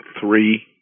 three